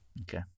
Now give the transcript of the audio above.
Okay